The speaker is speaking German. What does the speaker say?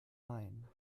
main